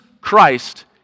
Christ